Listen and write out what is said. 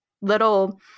little